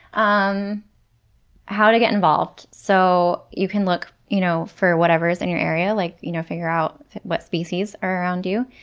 um how to get involved so you can look you know for whatever is in your area, like you know figure out what species are around you,